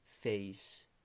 face